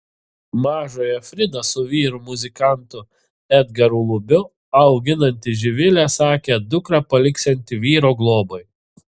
mažąją fridą su vyru muzikantu edgaru lubiu auginanti živilė sakė dukrą paliksianti vyro globai